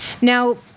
Now